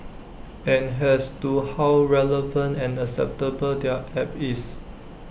and has to how relevant and acceptable their app is